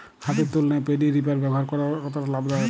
হাতের তুলনায় paddy reaper ব্যবহার কতটা লাভদায়ক?